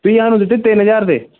ਤੁਸੀਂ ਸਾਨੂੰ ਦਿੱਤੇ ਤਿੰਨ ਹਜ਼ਾਰ ਦੇ